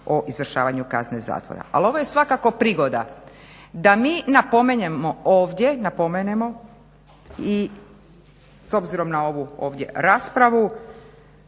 o izvršavanju kazne zatvora. Ali ovo je svakako prigoda da mi napomenemo ovdje, napomene i s obzirom na ovu ovdje raspravu